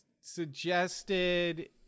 suggested